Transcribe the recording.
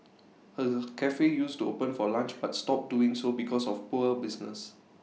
her Cafe used to open for lunch but stopped doing so because of poor business